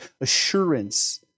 assurance